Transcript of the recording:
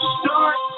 start